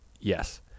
Yes